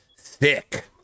thick